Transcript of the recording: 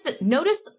notice